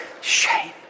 shame